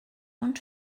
und